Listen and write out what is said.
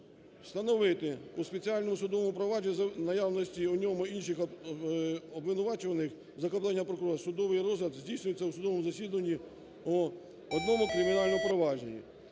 встановити у спеціальному судовому провадженні за наявності у ньому інших обвинувачуваних за клопотанням прокурора судовий розгляд здійснюється у судовому засіданні в одному кримінальному провадженні;